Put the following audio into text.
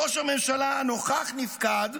ראש הממשלה נוכח נפקד,